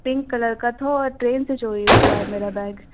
pink colour का था और ट्रेन से चोरी हुआ है मेरा बैग